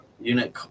unit